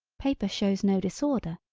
paper shows no disorder,